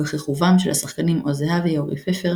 ובכיכובם של השחקנים עוז זהבי,